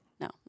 No